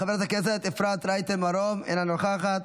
חברת הכנסת אפרת רייטן מרום, אינה נוכחת.